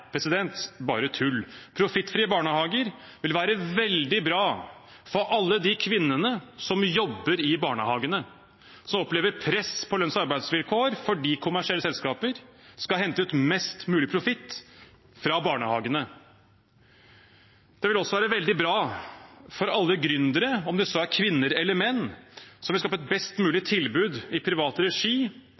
bare tull. Profittfrie barnehager vil være veldig bra for alle de kvinnene som jobber i barnehagene, som opplever press på lønns- og arbeidsvilkår fordi kommersielle selskaper skal hente ut mest mulig profitt fra barnehagene. Det vil også være veldig bra for alle gründere, om det så er kvinner eller menn, som vil skape et best mulig tilbud i privat regi,